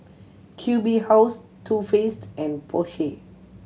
Q B House Too Faced and Porsche